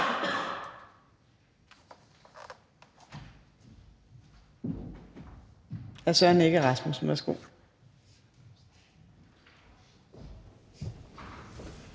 er hr. Søren Egge Rasmussen. Værsgo.